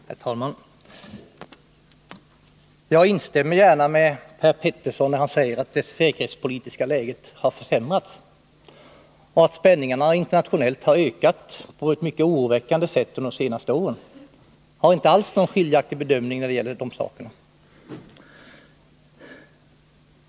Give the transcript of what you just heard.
Herr talman! Jag instämmer gärna med Per Petersson när han säger att det säkerhetspolitiska läget har försämrats och att spänningarna internationellt har ökat på ett mycket oroväckande sätt under de senaste åren. Jag har inte alls någon skiljaktig bedömning när det gäller de sakerna.